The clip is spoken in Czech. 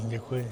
Děkuji.